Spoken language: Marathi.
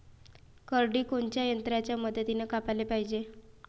करडी कोनच्या यंत्राच्या मदतीनं कापाले पायजे?